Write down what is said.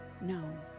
known